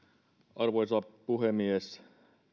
arvoisa puhemies